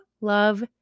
love